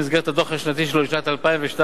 במסגרת הדוח השנתי שלו לשנת 2002,